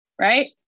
right